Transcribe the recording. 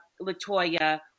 Latoya